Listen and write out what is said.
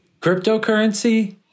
cryptocurrency